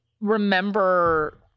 remember